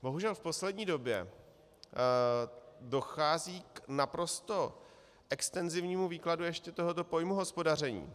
Bohužel v poslední době dochází k naprosto extenzivnímu výkladu tohoto pojmu hospodaření.